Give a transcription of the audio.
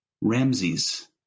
Ramses